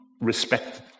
respect